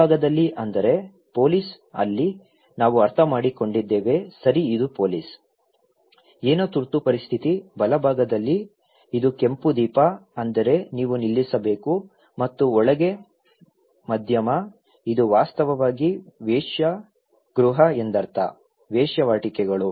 ಎಡಭಾಗದಲ್ಲಿ ಅಂದರೆ ಪೋಲೀಸ್ ಅಲ್ಲಿ ನಾವು ಅರ್ಥಮಾಡಿಕೊಂಡಿದ್ದೇವೆ ಸರಿ ಇದು ಪೋಲೀಸ್ ಏನೋ ತುರ್ತು ಪರಿಸ್ಥಿತಿ ಬಲಭಾಗದಲ್ಲಿ ಇದು ಕೆಂಪು ದೀಪ ಅಂದರೆ ನೀವು ನಿಲ್ಲಿಸಬೇಕು ಮತ್ತು ಒಳಗೆ ಮಧ್ಯಮ ಇದು ವಾಸ್ತವವಾಗಿ ವೇಶ್ಯಾಗೃಹ ಎಂದರ್ಥ ವೇಶ್ಯಾವಾಟಿಕೆಗಳು